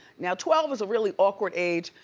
now, twelve is a really awkward age,